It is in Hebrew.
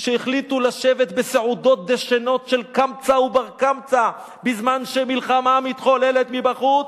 שהחליטו לשבת בסעודות דשנות של קמצא ובר קמצא בזמן שמלחמה מתחוללת בחוץ,